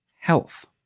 health